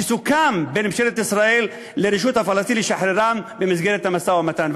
שסוכם בין ממשלת ישראל לרשות הפלסטינית לשחררם במסגרת המשא-ומתן.